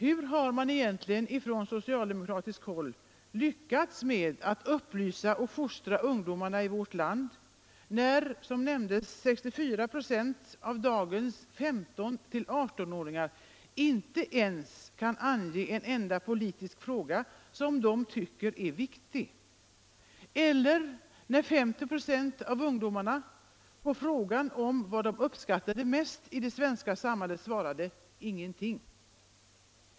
Hur har man egentligen från socialdemokratiskt håll lyckats fostra och upplysa ungdomarna i vårt land när, som här nämndes, 64 96 av dagens 15-18-åringar inte ens kan ange en enda politisk fråga som de tycker är viktig? Eller när 50 26 av ungdomarna på frågan om vad de uppskattade mest i det svenska samhället svarade: ingenting.